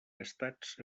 estats